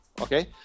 Okay